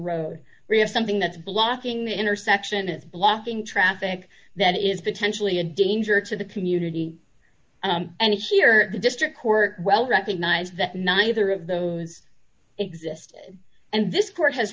we have something that's blocking that intersection is blocking traffic that is potentially a danger to the community and here the district court well recognize that neither of those exist and this court has